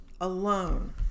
alone